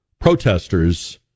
protesters